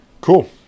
Cool